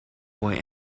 boy